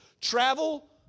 Travel